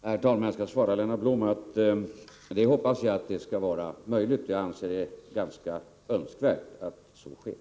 Herr talman! Jag skall svara Lennart Blom att jag hoppas att det skall vara möjligt. Jag anser det ganska önskvärt att så sker.